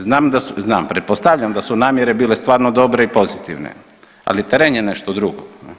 Znam da, znam, pretpostavljam da su namjere bile stvarno dobre i pozitivne, ali teren je nešto drugo.